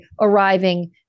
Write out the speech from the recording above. arriving